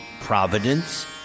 providence